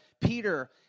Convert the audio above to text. Peter